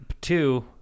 Two